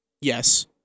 Yes